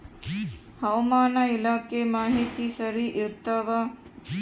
ಹವಾಮಾನ ಇಲಾಖೆ ಮಾಹಿತಿ ಸರಿ ಇರ್ತವ?